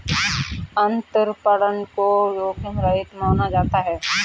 अंतरपणन को जोखिम रहित माना जाता है